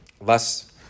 less